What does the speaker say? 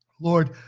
lord